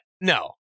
no